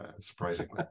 surprisingly